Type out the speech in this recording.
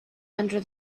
under